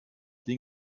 den